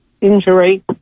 injury